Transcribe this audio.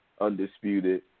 undisputed